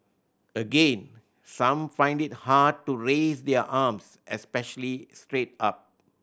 again some find it hard to raise their arms especially straight up